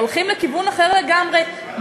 הולכים לכיוון אחר לגמרי,